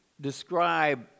describe